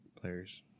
players